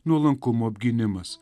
nuolankumo apgynimas